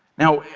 now,